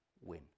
win